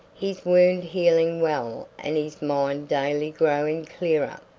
his wound healing well and his mind daily growing clearer.